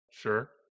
Sure